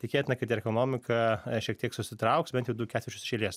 tikėtina kad ir ekonomika šiek tiek susitrauks bent jau du ketvirčius iš eilės